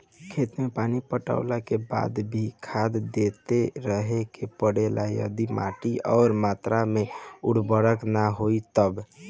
खेत मे पानी पटैला के बाद भी खाद देते रहे के पड़ी यदि माटी ओ मात्रा मे उर्वरक ना होई तब?